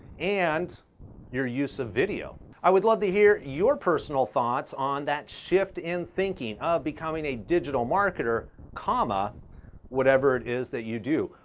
and your use of video? i would love to hear your personal thoughts on that shift in thinking of becoming a digital marketer comma whatever it is that you do.